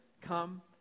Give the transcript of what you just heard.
Come